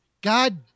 God